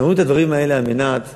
אנחנו אומרים את הדברים האלה על מנת אולי,